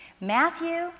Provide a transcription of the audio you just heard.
Matthew